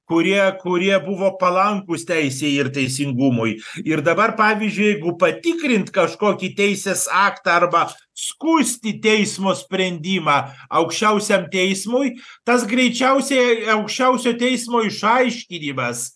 kurie kurie buvo palankūs teisei ir teisingumui ir dabar pavyzdžiui jeigu patikrint kažkokį teisės aktą arba skųsti teismo sprendimą aukščiausiajam teismui tas greičiausiai aukščiausiojo teismo išaiškinimas